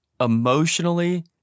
emotionally